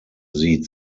sie